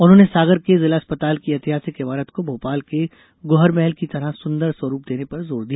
उन्होंने सागर के जिला अस्पताल की ऐतिहासिक इमारत को भोपाल के गौहर महल की तरह सुंदर स्वरूप देने पर जोर दिया